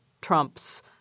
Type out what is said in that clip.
Trump's